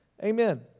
Amen